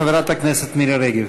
חברת הכנסת מירי רגב.